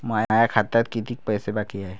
माया खात्यात कितीक पैसे बाकी हाय?